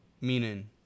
Meaning